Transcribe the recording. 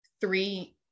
three